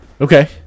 Okay